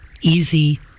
easy